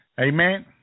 Amen